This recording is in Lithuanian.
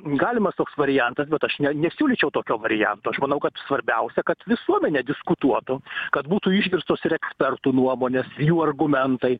galimas toks variantas bet aš ne nesiūlyčiau tokio varianto aš manau kad svarbiausia kad visuomenė diskutuotų kad būtų išgirstos ir ekspertų nuomonės jų argumentai